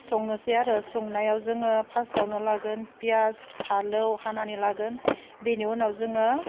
संनोसै आरो संनायाव जोङो फास्टआवनो लागोन पियास फालौ हानानै लागोन बेनि उनाव जोङो